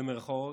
במירכאות,